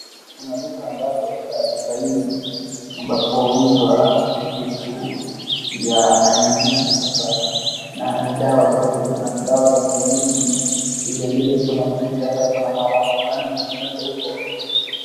Kuna duka ambapo sasa duka hii ambapo huuzwa vitu vya aina nyingi sasa na ni dawa zote na ni dawa za kienyeji vilevile kuna mapicha ambako kuna maalama fulani imewekwa huko.